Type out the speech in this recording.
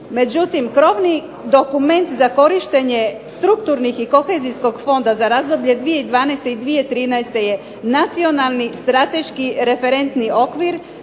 Međutim, krovni dokument za korištenje strukturnih i kohezijskog fonda za razdoblje 2012. i 2013. je Nacionalni strateški referentni okvir